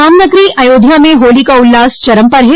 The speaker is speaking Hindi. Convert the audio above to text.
रामनगरी अयोध्या में होली का उल्लास चरम पर है